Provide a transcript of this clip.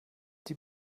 die